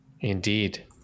indeed